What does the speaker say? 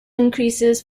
increases